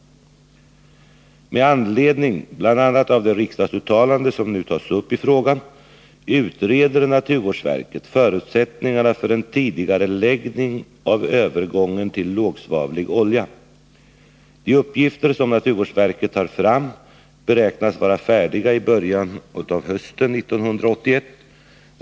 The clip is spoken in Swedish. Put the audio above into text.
Med anledning bl.a. av det riksdagsuttalande som tas upp i frågan utreder naturvårdsverket förutsättningarna för en tidigareläggning av övergången till lågsvavlig olja. De uppgifter som naturvårdsverket tar fram beräknas vara färdiga i början av hösten 1981.